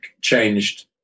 changed